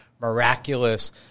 miraculous